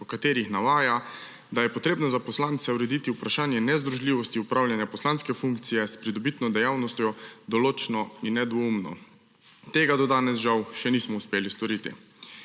v katerih navaja, da je potrebno za poslanca urediti vprašanje nezdružljivosti opravljanja poslanske funkcije s pridobitno dejavnostjo, določno in nedvoumno. Tega do danes žal še nismo uspeli storiti.